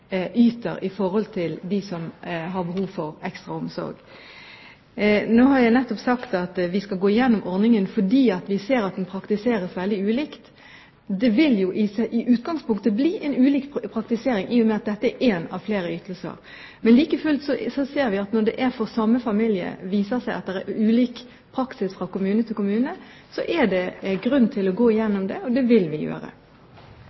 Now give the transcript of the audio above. som har behov for ekstra omsorg. Nå har jeg nettopp sagt at vi skal gå igjennom ordningen fordi vi ser at den praktiseres veldig ulikt. Det vil jo i utgangspunktet bli ulik praktisering i og med at dette er én av flere ytelser, men like fullt ser vi at når det for samme familie viser seg at det er ulik praksis fra kommune til kommune, er det grunn til å gå igjennom dette, og det vil vi gjøre.